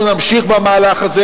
אנחנו נמשיך במהלך הזה,